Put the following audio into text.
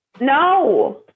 no